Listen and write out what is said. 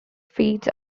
feeds